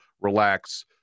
relax